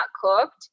cooked